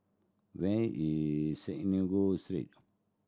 where is Synagogue Street